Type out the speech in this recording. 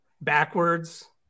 backwards